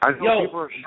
Yo